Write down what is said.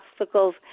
obstacles